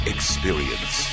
Experience